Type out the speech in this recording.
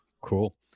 Cool